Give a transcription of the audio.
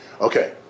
Okay